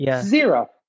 zero